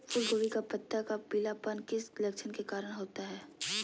फूलगोभी का पत्ता का पीलापन किस लक्षण के कारण होता है?